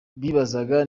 bibazaga